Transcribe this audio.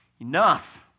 enough